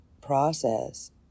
process